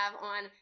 on